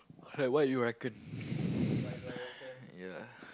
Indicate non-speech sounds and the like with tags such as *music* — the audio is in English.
like what do you reckon *breath* ya